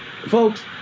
Folks